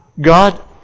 God